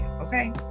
okay